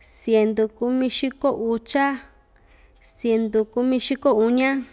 siendu kumixiko ucha, siendu kumixiko uña.